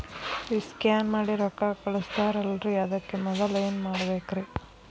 ಈ ಸ್ಕ್ಯಾನ್ ಮಾಡಿ ರೊಕ್ಕ ಕಳಸ್ತಾರಲ್ರಿ ಅದಕ್ಕೆ ಮೊದಲ ಏನ್ ಮಾಡ್ಬೇಕ್ರಿ?